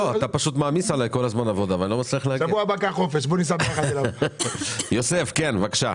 שבו יש נכס הרוס בתוך מבנה?